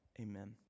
Amen